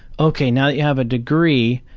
ok, now you have a degree,